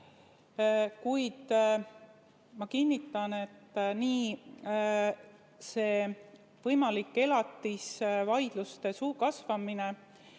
Kuid ma kinnitan, et nii see võimalik elatisvaidluste suur kasvamine